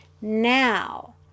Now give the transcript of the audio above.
Now